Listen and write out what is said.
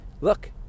look